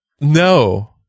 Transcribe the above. No